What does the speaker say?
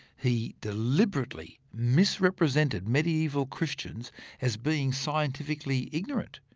he deliberately misrepresented medieval christians as being scientifically ignorant,